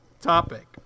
topic